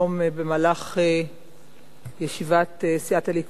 במהלך ישיבת סיעת הליכוד,